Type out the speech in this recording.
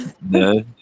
No